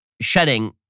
shedding